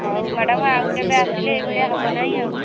ହଉ ମ୍ୟାଡ଼ାମ୍ ଆଉ କେବେ ଆସିଲେ ଏଇଭଳିଆ ହବ ନାହିଁ ଆଉ